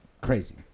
crazy